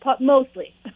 Mostly